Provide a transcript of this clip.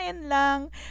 lang